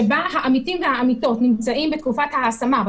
שבה העמיתים והעמיתות נמצאים בתקופת ההשמה,